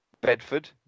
Bedford